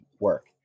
work